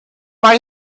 noch